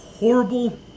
Horrible